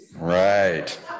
Right